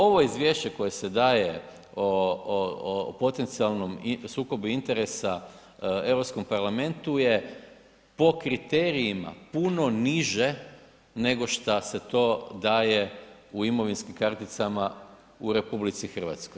Ovo izvješće koje se daje o, o, o potencijalnom sukobu interesa Europskom parlamentu je po kriterijima puno niže nego šta se to daje u imovinskim karticama u RH.